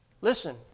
Listen